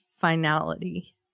finality